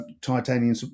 titanium